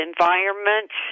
environments